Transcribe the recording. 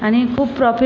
आणि खूप प्रॉफि